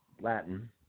Latin